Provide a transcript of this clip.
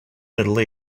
middle